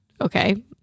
Okay